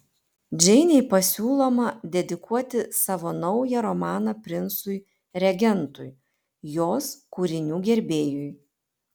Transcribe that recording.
džeinei pasiūloma dedikuoti savo naują romaną princui regentui jos kūrinių gerbėjui